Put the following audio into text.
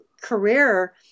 career